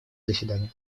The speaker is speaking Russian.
заседание